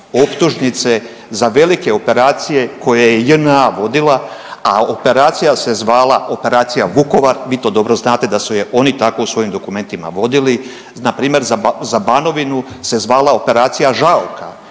optužnice za velike operacije koje je JNA vodila, a operacija se zvala Operacija Vukovar, vi to dobro znate da su je oni tako u svojim dokumentima vodili. Na primjer za Banovinu se zvala Operacija Žaoka